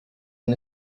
han